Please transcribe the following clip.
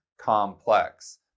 complex